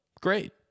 great